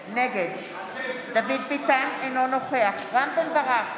נגד דוד ביטן, אינו נוכח רם בן ברק,